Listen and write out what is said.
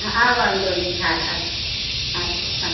હા હા વાંધો નહીં હા હા હા હા